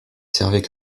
servait